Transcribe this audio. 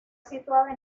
situada